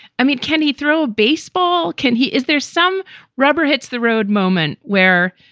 i mean, can he through a baseball? can he is there some rubber hits the road moment where,